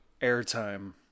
airtime